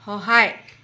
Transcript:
সহায়